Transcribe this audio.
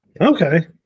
Okay